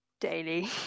daily